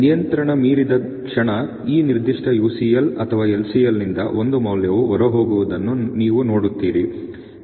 ನಿಯಂತ್ರಣ ಮೀರಿದ ಕ್ಷಣ ಈ ನಿರ್ದಿಷ್ಟ UCL ಅಥವಾ LCL ನಿಂದ ಒಂದು ಮೌಲ್ಯವು ಹೊರಹೋಗುವುದನ್ನು ನೀವು ನೋಡುತ್ತೀರಿ